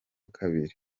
kabiri